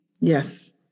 Yes